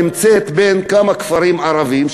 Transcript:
נמצאת בין כמה כפרים ערביים,